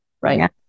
Right